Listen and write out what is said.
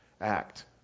act